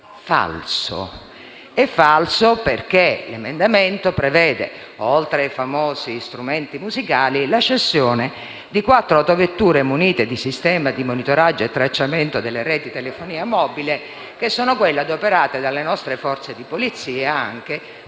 È falso, perché l'emendamento prevede, oltre ai famosi strumenti musicali, la cessione di quattro autovetture munite di sistema di monitoraggio e tracciamento delle reti di telefonia mobile, che sono quelle adoperate dalle nostre forze di polizia anche per le intercettazioni